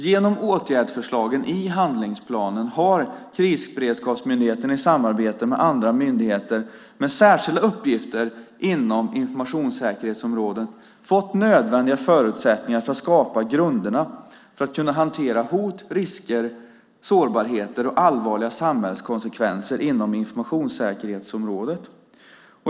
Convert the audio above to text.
Genom åtgärdsförslagen i handlingsplanen har Krisberedskapsmyndigheten i samarbete med andra myndigheter med särskilda uppgifter inom informationssäkerhetsområdet fått nödvändiga förutsättningar för att skapa grunderna för att kunna hantera hot, risker, sårbarhet och allvarliga samhällskonsekvenser inom informationssäkerhetsområdet.